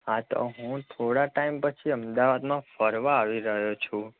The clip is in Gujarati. હા તો હું થોડા ટાઇમ પછી અમદાવાદમાં ફરવા આવી રહ્યો છું